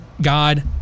God